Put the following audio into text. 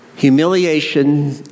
humiliation